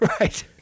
Right